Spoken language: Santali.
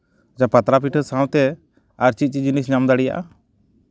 ᱟᱪᱪᱷᱟ ᱯᱟᱛᱲᱟ ᱯᱤᱴᱷᱟᱹ ᱥᱟᱶᱛᱮ ᱟᱨ ᱪᱮᱫ ᱪᱮᱫ ᱡᱤᱱᱤᱥ ᱧᱟᱢ ᱫᱟᱲᱮᱭᱟᱜᱼᱟ